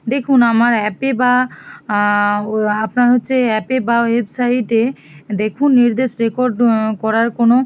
দেখুন আমার অ্যাপে বা ও আপনার হচ্ছে অ্যাপে বা ওয়েবসাইটে দেখুন নির্দেশ রেকর্ড করার কোনো